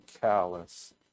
callous